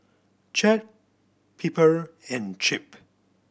Chet Piper and Chip